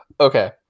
Okay